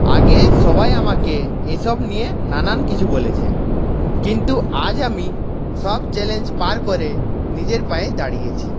আগে সবাই আমাকে এসব নিয়ে নানান কিছু বলেছে কিন্তু আজ আমি সব চ্যালেঞ্জ পার করে নিজের পায়ে দাঁড়িয়েছি